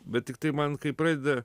bet tiktai man kai pradeda